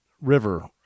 river